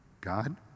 God